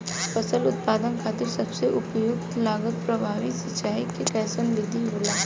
फसल उत्पादन खातिर सबसे उपयुक्त लागत प्रभावी सिंचाई के कइसन विधि होला?